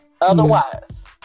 Otherwise